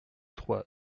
trois